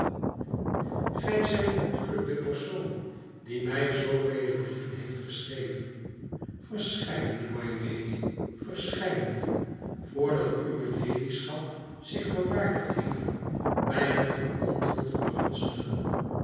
gij zijt natuurlijk de persoon die mij zoovele brieven heeft geschreven verscheidene mylady verscheidene voordat uwe ladyschap zich verwaardigd heeft mij met een antwoord te begunstigen